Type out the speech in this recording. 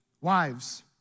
Wives